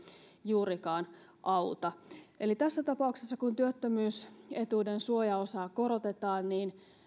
juurikaan auta eli tässä tapauksessa kun työttömyysetuuden suojaosaa korotetaan niin